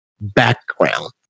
background